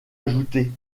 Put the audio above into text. ajouter